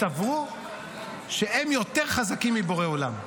סברו שהם יותר חזקים מבורא עולם,